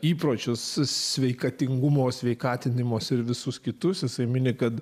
įpročius sveikatingumo sveikatinimosi ir visus kitus jisai mini kad